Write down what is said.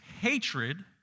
hatred